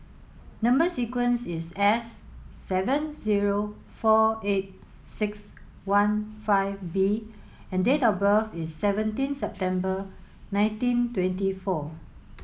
number sequence is S seven zero four eight six one five B and date of birth is seventeen September nineteen twenty four